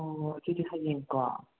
ꯑꯣ ꯑꯣ ꯑꯗꯨꯗꯤ ꯍꯌꯦꯡꯀꯣ